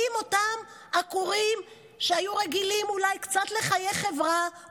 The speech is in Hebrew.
אותם עקורים שהיו רגילים אולי קצת לחיי חברה,